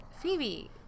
Phoebe